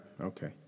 okay